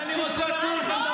מה אתה תצביע, חנוך?